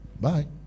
Bye